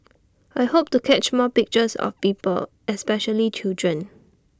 I hope to catch more pictures of people especially children